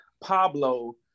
Pablo